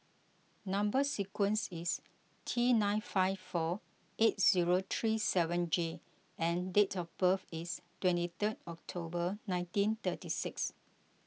Number Sequence is T nine five four eight zero three seven J and date of birth is twenty third October nineteen thirty six